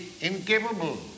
incapable